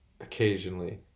occasionally